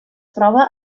troba